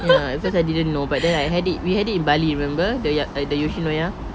ya at first I didn't know but then I had it we had it in bali remember the ya~ the Yoshinoya